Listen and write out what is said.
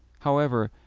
however,